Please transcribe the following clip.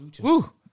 Woo